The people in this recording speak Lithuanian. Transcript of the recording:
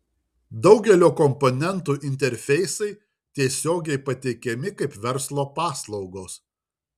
daugelio komponentų interfeisai tiesiogiai pateikiami kaip verslo paslaugos